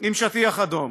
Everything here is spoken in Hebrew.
עם שטיח אדום.